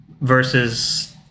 versus